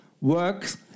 works